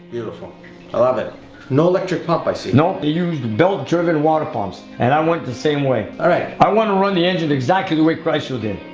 beautiful i love it no electric pump i see. no, they used belt-driven water pumps and i want the same way. i want to run the engine exactly the way chrysler did.